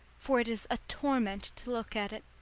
for it is a torment to look at it.